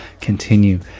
continue